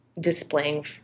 displaying